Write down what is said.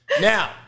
Now